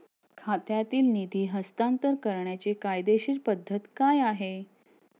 खात्यातील निधी हस्तांतर करण्याची कायदेशीर पद्धत काय आहे?